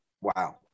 Wow